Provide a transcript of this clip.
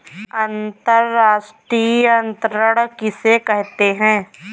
अंतर्राष्ट्रीय अंतरण किसे कहते हैं?